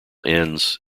ends